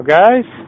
guys